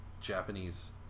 Japanese